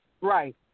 Right